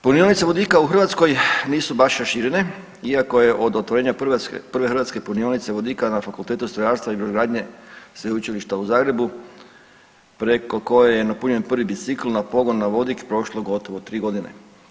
Punionice vodika u Hrvatskoj nisu baš raširene iako je od otvorenja prve hrvatske punionice vodika na Fakultetu strojarstva i brodogradnje Sveučilišta u Zagrebu preko koje je napunjen prvi bicikl na pogon na vodik prošlo gotovo 3 godine.